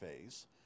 phase